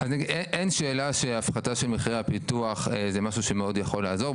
אין שאלה שהפחתה של מחירי הפיתוח זה משהו שמאוד יכול לעזור.